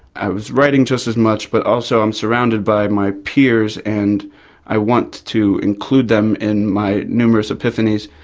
i was writing just as much but also i'm surrounded by my peers and i want to include them in my numerous epiphanies.